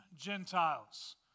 Gentiles